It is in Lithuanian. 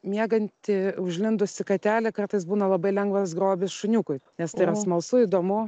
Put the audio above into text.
mieganti užlindusi katelė kartais būna labai lengvas grobis šuniukui nu tai yra smalsu įdomu